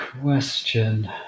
question